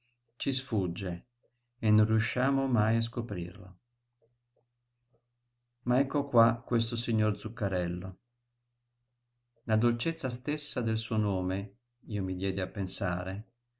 ci sfugge e non riusciamo mai a scoprirlo ma ecco qua questo signor zuccarello la dolcezza stessa del suo nome io mi diedi a pensare